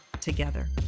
together